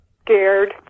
scared